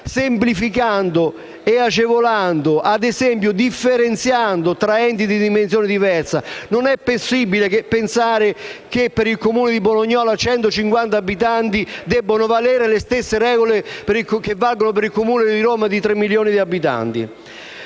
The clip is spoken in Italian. semplificando e agevolando, ad esempio differenziando tra enti di dimensione diversa. Non è possibile che per il Comune di Bolognola, che ha 150 abitanti, debbono valere le stesse regole del Comune di Roma, che ha 3 milioni di abitanti.